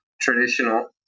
traditional